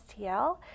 STL